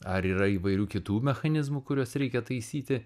ar yra įvairių kitų mechanizmų kuriuos reikia taisyti